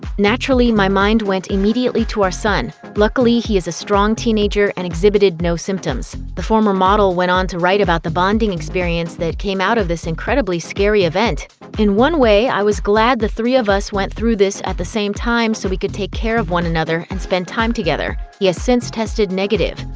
naturally my mind went immediately to our son. luckily he is a strong teenager and exhibited no symptoms. the former model went on to write about the bonding experience that came out of this incredibly scary event in one way i was glad the three of us went through this at the same time so we could take care of one another and spend time together. he has since tested negative.